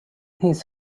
his